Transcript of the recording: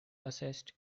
assessed